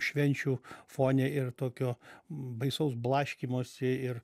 švenčių fone ir tokio baisaus blaškymosi ir